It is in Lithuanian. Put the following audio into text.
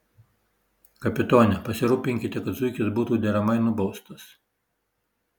kapitone pasirūpinkite kad zuikis būtų deramai nubaustas